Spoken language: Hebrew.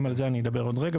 גם על זה אדבר עוד רגע.